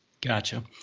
gotcha